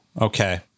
okay